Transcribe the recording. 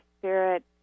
spirit